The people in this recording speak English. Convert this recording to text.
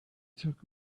took